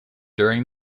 during